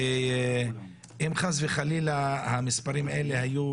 ואם חס וחלילה המספרים האלה היו